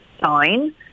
sign